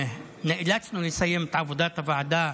וכשנאלצנו לסיים את עבודת הוועדה,